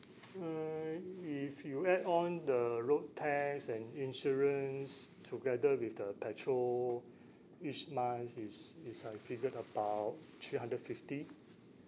mm I if you add on the road tax and insurance together with the petrol each month is is I figured about three hundred fifty